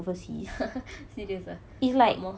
serious ah